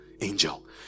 angel